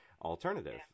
alternative